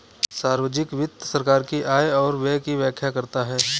सार्वजिक वित्त सरकार की आय और व्यय की व्याख्या करता है